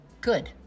Good